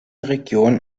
region